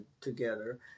together